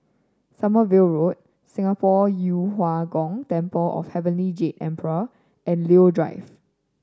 Sommerville Road Singapore Yu Huang Gong Temple of Heavenly Jade Emperor and Leo Drive